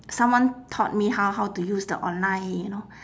someone taught me how how to use the online you know